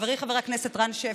חברי חבר הכנסת רם שפע.